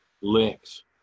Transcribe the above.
licks